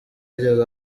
yigeze